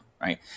right